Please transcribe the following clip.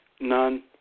None